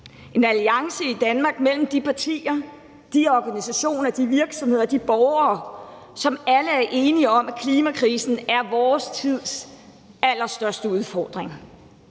en alliance i Danmark mellem de partier, de organisationer, de virksomheder og de borgere, som alle er enige om, at klimakrisen er vores tids allerstørste udfordring;